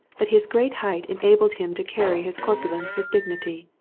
but his great height enabled him to carry his corpulence with dignity.